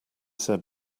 said